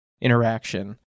interaction